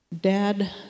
Dad